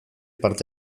parte